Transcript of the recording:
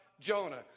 Jonah